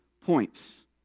points